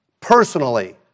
personally